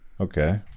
Okay